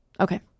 Okay